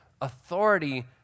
authority